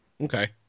Okay